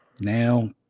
now